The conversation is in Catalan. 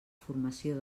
formació